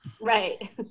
right